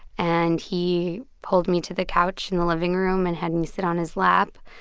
and he pulled me to the couch and the living room and had me sit on his lap.